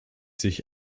sich